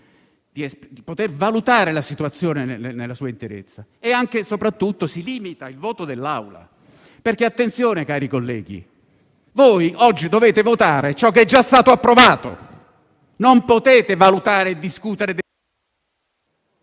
di valutare la situazione nella sua interezza e soprattutto si limita il voto dell'Assemblea. Attenzione, cari colleghi, voi oggi dovete votare ciò che è già stato approvato; non potete valutare e discutere...